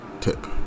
Tip